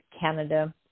Canada